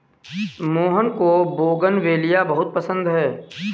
मोहन को बोगनवेलिया बहुत पसंद है